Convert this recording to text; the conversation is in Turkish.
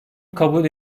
kabul